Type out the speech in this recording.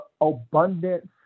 abundance